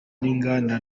n’inganda